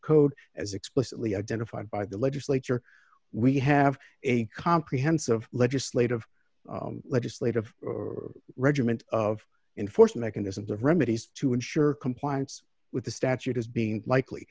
code as explicitly identified by the legislature we have a comprehensive legislative legislative regiment of in force mechanism to remedies to ensure compliance with the statute has been likely